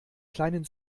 kleinen